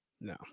No